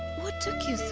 what took you so